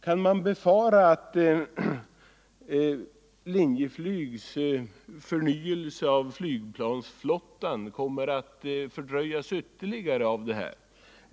Kan man befara att Linjeflygs förnyelse av flygplansflottan kommer att fördröjas ytterligare på grund av detta beslut?